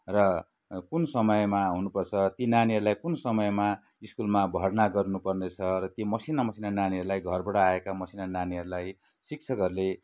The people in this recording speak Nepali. र कुन समयमा आउनु पर्छ ती नानीहरूलाई कुन समयमा स्कुलमा भर्ना गर्नुपर्नेछ र ती मसिना मसिना नानीहरूलाई घरबाट आएका मसिना नानीहरूलाई शिक्षकहरूले